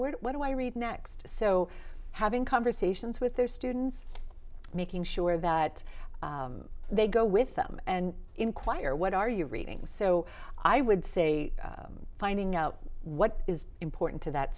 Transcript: what do i read next so having conversations with their students making sure that they go with them and enquire what are you reading so i would say finding out what is important to that